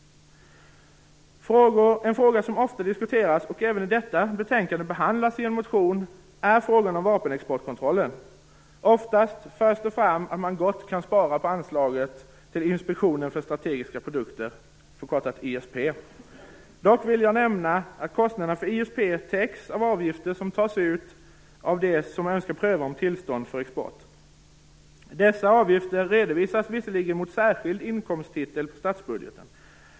En fråga som ofta diskuteras och även i detta betänkande behandlas i en motion är frågan om vapenexportkontrollen. Ofta förs det fram att man gott kan spara på anslaget till Inspektion för strategiska produkter, ISP. Dock vill jag nämna att kostnaderna för ISP täcks av avgifter som tas ut av de som önskar pröva om tillstånd för export. Dessa avgifter redovisas mot särskild inkomsttitel på statsbudgeten.